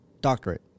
doctorate